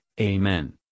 Amen